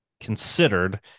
considered